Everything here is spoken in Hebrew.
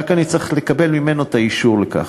רק אני צריך לקבל ממנו את האישור לכך.